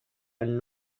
and